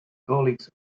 colleagues